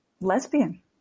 lesbian